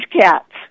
cats